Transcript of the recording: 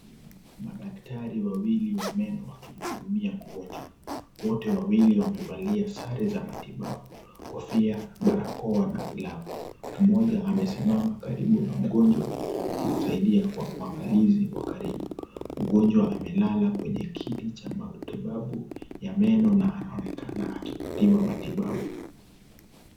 Madaktari wawili wa meno wakimhudumia mgonjwa. Wote wawili wamevalia sare za matibabu kofia, barakoa na glavu. Mmoja amesimama karibu na mgonjwa akimsaidia kwa kwangalizi wa karibu. Mgonjwa amelala kwenye kiti cha matibabu ya meno na anaonekana akipatiwa matibabu.